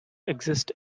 exist